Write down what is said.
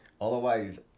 otherwise